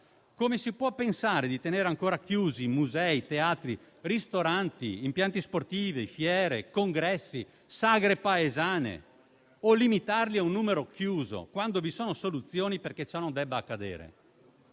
Come si può pensare di tenere ancora chiusi musei, teatri, ristoranti, impianti sportivi, fiere, congressi, sagre paesane o limitarli a un numero chiuso quando vi sono soluzioni perché ciò non debba accadere?